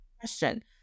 question